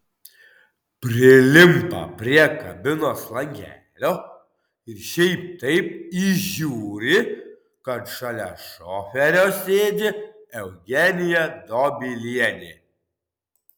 prilimpa prie kabinos langelio ir šiaip taip įžiūri kad šalia šoferio sėdi eugenija dobilienė